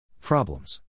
Problems